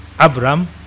Abraham